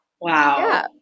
Wow